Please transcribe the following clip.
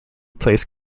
placed